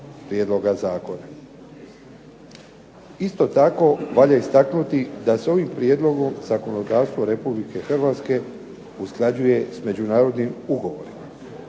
prijedloga zakona. Isto tako valja istaknuti da se ovim prijedlogom zakonodavstvo Republike Hrvatske usklađuje sa međunarodnim ugovorima.